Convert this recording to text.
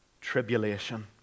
tribulation